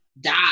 die